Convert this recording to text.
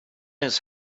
his